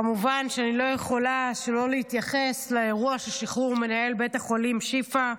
כמובן שאני לא יכולה שלא להתייחס לאירוע של שחרור מנהל בית החולים שיפא,